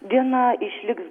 diena išliks